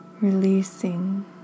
releasing